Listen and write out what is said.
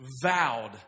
Vowed